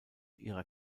ihrer